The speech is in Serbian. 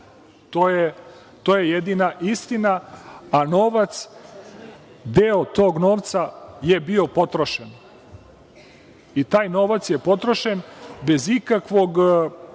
To je jedina istina, a novac, deo tog novca je bio potrošen. Taj novac je potrošen bez ikakvog